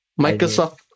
Microsoft